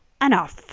Enough